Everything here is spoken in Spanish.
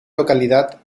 localidad